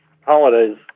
holidays